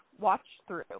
watch-through